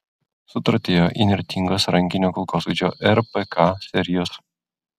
sutratėjo įnirtingos rankinio kulkosvaidžio rpk serijos